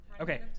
Okay